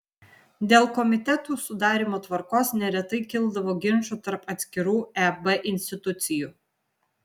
dėl komitetų sudarymo tvarkos neretai kildavo ginčų tarp atskirų eb institucijų